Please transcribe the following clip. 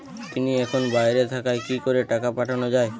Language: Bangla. তিনি এখন বাইরে থাকায় কি করে টাকা পাঠানো য়ায়?